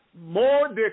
more